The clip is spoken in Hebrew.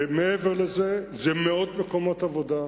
ומעבר לזה, זה מאות מקומות עבודה,